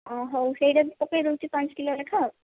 ହଁ ହେଉ ସେଟା ବି ପକାଇ ଦେଉଛି ପାଞ୍ଚ କିଲୋ ଲେଖାଏ ଆଉ